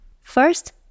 First